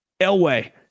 Elway